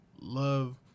love